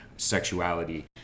Sexuality